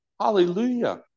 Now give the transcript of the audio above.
hallelujah